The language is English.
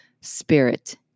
spirit